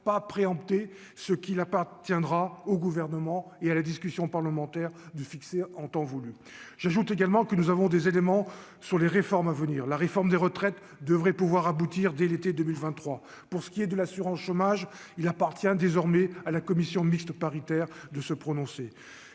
pas préempter ce qu'il appartiendra au gouvernement et à la discussion parlementaire du fixé en temps voulu, j'ajoute également que nous avons des éléments sur les réformes à venir, la réforme des retraites devrait pouvoir aboutir dès l'été 2023 pour ce qui est de l'assurance chômage, il appartient désormais à la commission mixte paritaire de se prononcer,